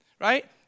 right